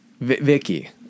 Vicky